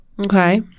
Okay